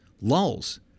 lulls